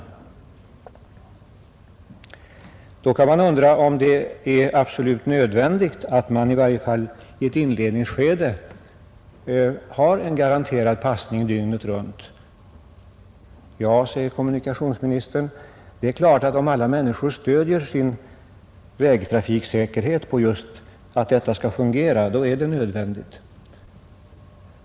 Men då kan man undra om det är absolut nödvändigt att man, i varje fall i ett inledningsskede, har en garanterad passning dygnet runt. Ja, säger kommunikationsministern! Ja, det är klart att om alla människor stödjer sin vägtrafiksäkerhet på just att detta skall fungera 100-procentigt, så är det nödvändigt.